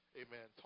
amen